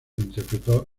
interpretó